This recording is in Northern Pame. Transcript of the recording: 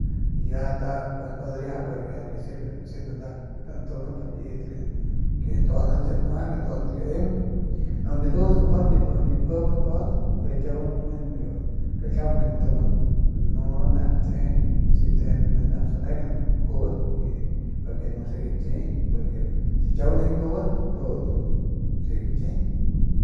Ya nda gua lariajap pero ya que sirve necesita nda landundat liyet ke nduanat ñkie danueje ke nduanat kaimp aunke ndudat nip kuijibat nuadat pero kiauguan tamenan biu kaljiaun de ntundan nudan nep te si te nep sanegan nkuban y pa ke nu siga nki porque si kiaguan ni nkuban ndudat siga gaki.